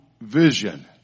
vision